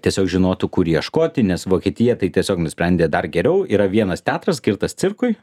tiesiog žinotų kur ieškoti nes vokietija tai tiesiog nusprendė dar geriau yra vienas teatras skirtas cirkui